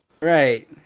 Right